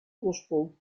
ursprung